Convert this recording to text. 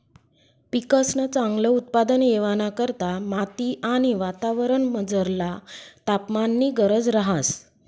पिकंसन चांगल उत्पादन येवाना करता माती आणि वातावरणमझरला तापमाननी गरज रहास